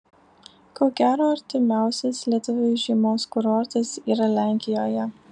ko gero artimiausias lietuviui žiemos kurortas yra lenkijoje